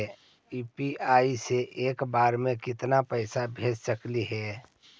UPI से एक बार मे केतना पैसा भेज सकली हे?